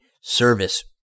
service